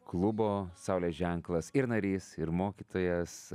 klubo saulės ženklas ir narys ir mokytojas